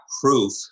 proof